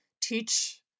teach